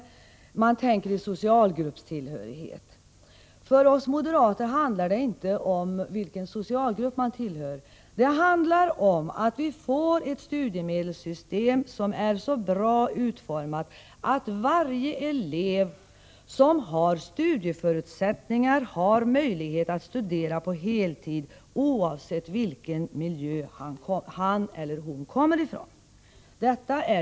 Socialister tänker i termer som socialgruppstillhörighet. För oss moderater handlar det inte om vilken socialgrupp man tillhör. Det handlar om att vi skall få ett studiemedelssystem som är så bra utformat att varje elev som har studieförutsättningar ges möjlighet att studera på heltid, oavsett vilken miljö han eller hon kommer ifrån.